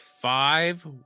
five